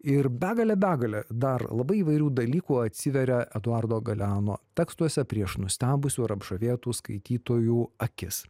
ir begalė begalė dar labai įvairių dalykų atsiveria eduardo galeano tekstuose prieš nustebusių ir apžavėtų skaitytojų akis